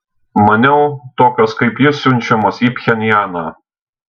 maniau tokios kaip ji siunčiamos į pchenjaną